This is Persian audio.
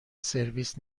سرویس